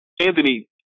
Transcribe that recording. Anthony